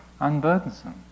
unburdensome